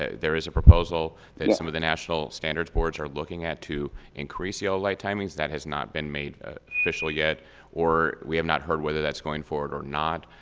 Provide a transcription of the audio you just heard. ah there is a proposal that some of the national standards boards are looking at to increase the yellow light timings. that has not been made official yet or we have not heard whether that's going forward or not.